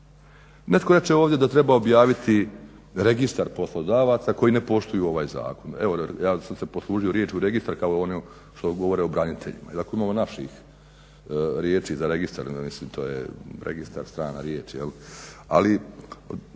Netko reče ovdje da treba objaviti registar poslodavaca koji ne poštuju ovaj zakon. evo ja sam se poslužio riječju registar kao oni što govore o braniteljima iako imamo i naših riječi za registar, mislim registar je strana riječ ali